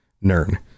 Nern